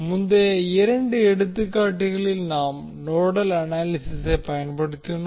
முந்தைய இரண்டு எடுத்துக்காட்டுகளில் நாம் நோடல் அனாலிசிஸிஸை பயன்படுத்தினோம்